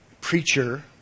preacher